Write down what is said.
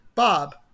Bob